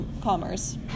commerce